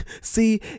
see